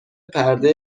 پرده